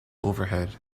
overhead